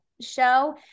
show